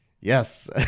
Yes